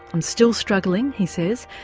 i'm still struggling he says,